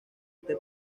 este